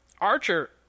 Archer